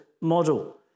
model